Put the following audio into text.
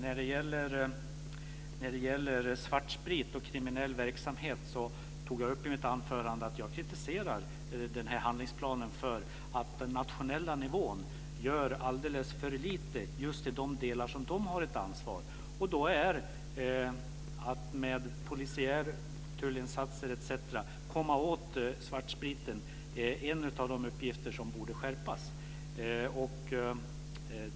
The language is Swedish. Fru talman! När det gäller svartsprit och kriminell verksamhet kritiserade jag i mitt anförande handlingsplanen för att man på nationell nivå gör alldeles för lite just när det gäller de delar som man har ansvar för där. Uppgiften att med polisiära insatser och tullinsatser, etc., komma åt svartspriten är en av de uppgifter som borde betonas.